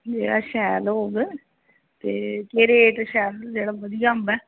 जेह्ड़ा शैल होग ते केह् रेट शैल जेह्ड़ा बधिया अम्ब ऐ